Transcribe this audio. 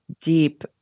deep